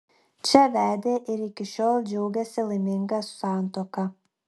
čia vedė ir iki šiol džiaugiasi laiminga santuoka